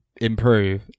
improve